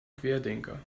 querdenker